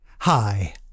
Hi